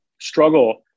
struggle